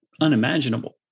unimaginable